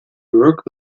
work